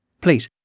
Please